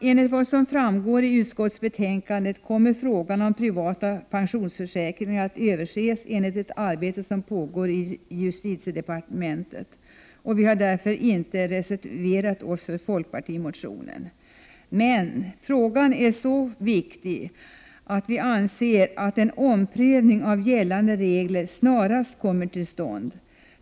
Enligt vad som framgår av utskottsbetänkandet kommer frågan om privata pensionsförsäkringar att ses över enligt det arbete som pågår i justitiedepartementet. Vi har därför inte reserverat oss för folkparti motionen. Men frågan är så viktig att vi anser att en omprövning av gällande regler snarast bör komma till stånd.